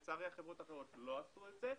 לצערי, החברות האחרות לא עשו את זה.